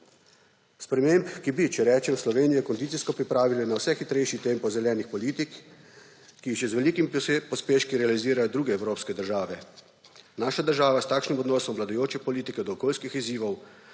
sprememb, ki bi, če rečem, Slovenijo kondicijsko pripravili na vse hitrejši tempo zelenih politik, ki jih z velikim pospeški realizirajo druge evropske države. Naša država s takšnim odnosom vladajoče politike do okoljskih izzivov,